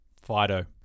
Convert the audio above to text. Fido